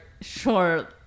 sure